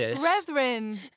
Brethren